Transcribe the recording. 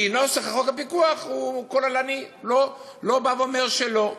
כי נוסח חוק הפיקוח הוא כוללני, לא בא ואומר שלא.